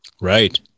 Right